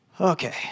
Okay